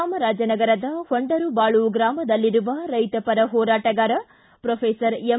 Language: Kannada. ಚಾಮರಾಜನಗರದ ಪೊಂಡರುಬಾಳು ಗ್ರಾಮದಲ್ಲಿರುವ ರೈತಪರ ಹೋರಾಟಗಾರ ಪ್ರೊಫೇಸರ್ ಎಂ